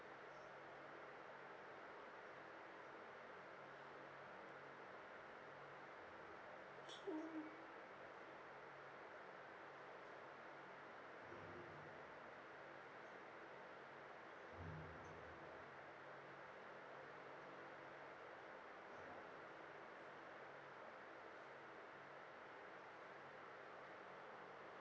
can